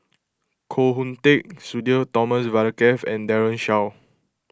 Koh Hoon Teck Sudhir Thomas Vadaketh and Daren Shiau